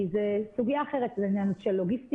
כי זו סוגיה אחרת, זה גם ענין של לוגיסטיקה.